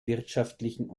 wirtschaftlichen